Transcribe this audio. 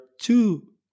two